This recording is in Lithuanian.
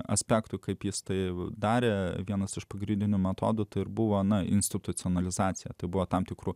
aspektų kaip jis taip darė vienas iš pagrindinių metodų tų ir buvo ana institucionalizacija tai buvo tam tikrų